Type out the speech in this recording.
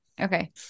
okay